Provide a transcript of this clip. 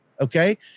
Okay